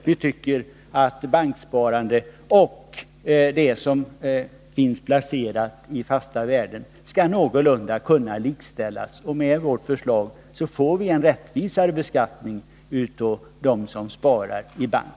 Vi tycker att banksparande och det som är placerat i fasta värden någorlunda skall likställas i förmögenhetshänseende. Med vårt förslag får man en rättvisare Nr 51